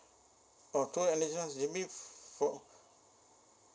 oh two that means for